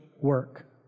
work